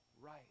right